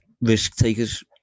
risk-takers